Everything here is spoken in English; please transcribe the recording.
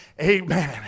Amen